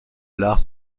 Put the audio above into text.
lars